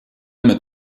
mit